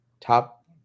top